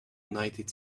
united